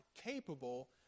capable